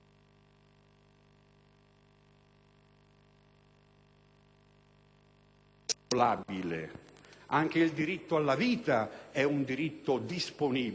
anche il diritto alla vita è disponibile quando la vita non è più vita e non ha più dignità di vita.